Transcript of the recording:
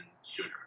sooner